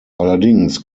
allerdings